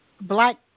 black